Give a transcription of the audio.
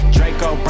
Draco